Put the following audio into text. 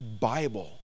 Bible